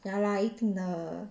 ya lah 一定的